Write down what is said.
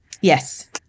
Yes